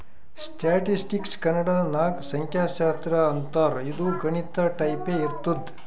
ಸ್ಟ್ಯಾಟಿಸ್ಟಿಕ್ಸ್ಗ ಕನ್ನಡ ನಾಗ್ ಸಂಖ್ಯಾಶಾಸ್ತ್ರ ಅಂತಾರ್ ಇದು ಗಣಿತ ಟೈಪೆ ಇರ್ತುದ್